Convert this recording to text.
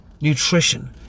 nutrition